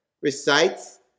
recites